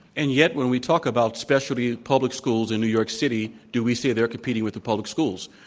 and yet when we talked about specialty public schools in new york city, do we say they're competing with the public schools?